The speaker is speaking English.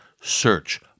search